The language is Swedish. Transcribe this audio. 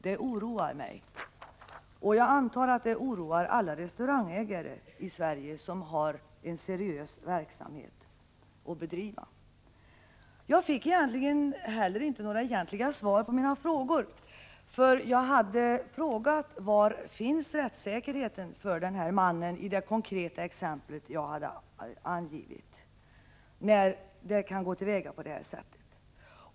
Det oroar mig, och jag antar att det oroar alla restaurangägare i Sverige som har en seriös verksamhet att bedriva. Jag fick heller inte några egentliga svar på mina frågor. Jag hade frågat: Var finns rättssäkerheten för mannen i det konkreta exempel jag hade angivit, när det kan gå till så här?